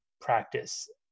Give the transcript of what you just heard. practice